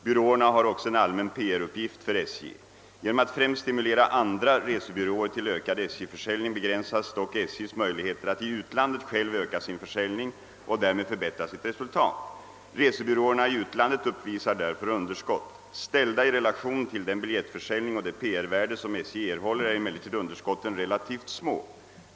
Byråerna har också en allmän PR-uppgift för SJ. Genom att främst stimulera andra resebyråer till ökad SJ-försäljning begränsas dock SJ:s möjlighet att i utlandet själv öka sin försäljning och därmed förbättra sitt resultat. Resebyråerna i utlandet uppvisar därför underskott. Ställda i relation till den biljettförsäljning och det PR värde som SJ erhåller är emellertid underskotten relativt små.